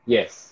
Yes